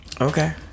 Okay